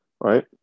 right